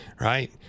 right